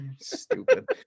stupid